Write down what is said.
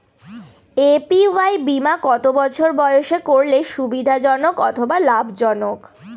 APY বীমা কত বছর বয়সে করলে সুবিধা জনক অথবা লাভজনক?